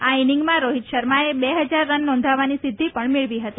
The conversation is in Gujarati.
આ ઇનિંગમાં રોહિત શર્માએ બે હજાર રન નોંધવવાની સિદ્ધિ પણ મેળવી હતી